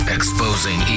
Exposing